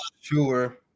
sure